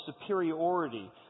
superiority